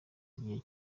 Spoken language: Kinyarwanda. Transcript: igihe